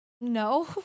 no